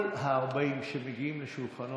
כל ה-40 שמגיעים לשולחנו,